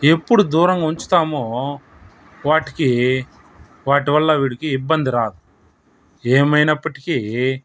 ఎప్పుడు దూరంగుంచుతామో వాటికి వాటి వల్ల వీళ్ళకి ఇబ్బంది రాదు ఏమైనప్పటికీ